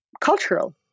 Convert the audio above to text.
cultural